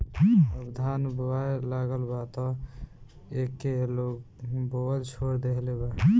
अब धान बोआए लागल बा तअ एके लोग बोअल छोड़ देहले बाटे